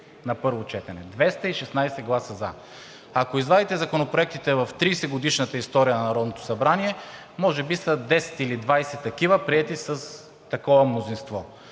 Двеста и шестнадесет гласа за. Ако извадите законопроектите в 30-годишната история на Народното събрание, може би са 10 или 20 такива, приети с такова мнозинство.